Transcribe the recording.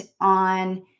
on